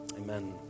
Amen